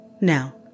Now